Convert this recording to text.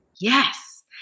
Yes